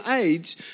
age